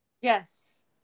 yes